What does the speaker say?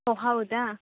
ಓ ಹೌದಾ